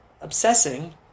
obsessing